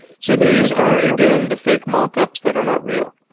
so these are again the fake mock-ups that are not real.